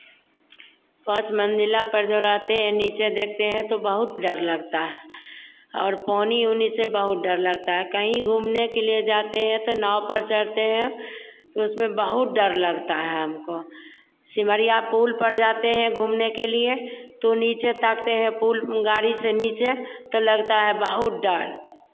पाँच मंजिला पर जो रहते हैं नीचे देखते हैं तो बहुत डर लगता है और पानी ओनी से बहुत डर लगता है कहीं घूमने के लिए जाते हैं तो नाव पर चढ़ते हैं तो उसमें बहुत डर लगता है हमको सिमरिया पुल पर जाते हैं घूमने के लिए तो नीचे ताकते हैं पुल गाड़ी से नीचे तो लगता है बहुत डर